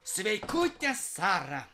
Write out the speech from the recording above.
sveikute sara